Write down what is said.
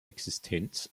existenz